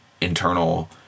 internal